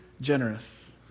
generous